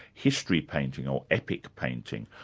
history painting, or epic painting,